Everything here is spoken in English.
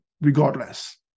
regardless